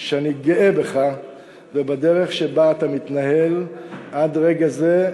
שאני גאה בך ובדרך שבה אתה מתנהל עד רגע זה,